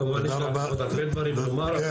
כמובן יש לי עוד הרבה דברים לומר.